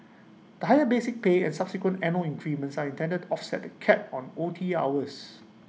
the higher basic pay and subsequent annual increments are intended to offset the cap on O T hours